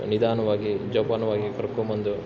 ನಿಧಾನವಾಗಿ ಜೋಪಾನವಾಗಿ ಕರ್ಕೊಂಬಂದು